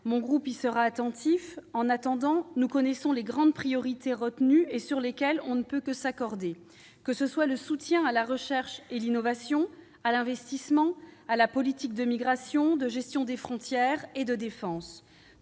Mon groupe y sera attentif. En attendant, nous connaissons les grandes priorités retenues, sur lesquelles on ne peut que s'accorder, qu'il s'agisse du soutien à la recherche et l'innovation, à l'investissement, à la politique de migration, de gestion des frontières et de défense